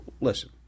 listen